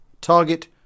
Target